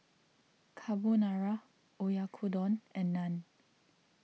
Carbonara Oyakodon and Naan